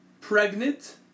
pregnant